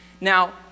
Now